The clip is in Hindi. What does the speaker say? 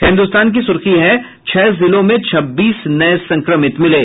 हिन्द्रस्तान की सूर्खी है छह जिलों में छब्बीस नये संक्रमित मिले